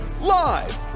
live